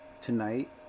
tonight